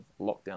lockdown